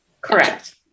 Correct